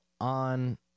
on